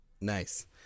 nice